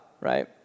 right